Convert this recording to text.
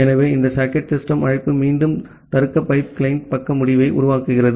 ஆகவே இந்த socket system அழைப்பு மீண்டும் தருக்க பைப் கிளையன்ட் பக்க முடிவை உருவாக்குகிறது